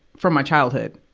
for my childhood,